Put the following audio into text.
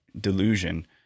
delusion